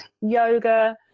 Yoga